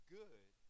good